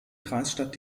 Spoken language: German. kreisstadt